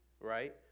right